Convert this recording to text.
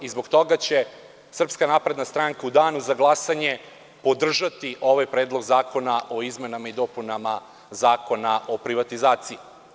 Zbog toga će Srpska napredna stranka u danu za glasanje podržati ovaj Predlog zakona o izmenama i dopunama Zakona o privatizaciji.